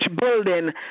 building